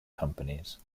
companies